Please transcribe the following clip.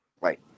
right